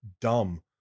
dumb